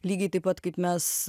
lygiai taip pat kaip mes